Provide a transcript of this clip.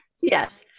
Yes